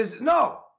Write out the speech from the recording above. No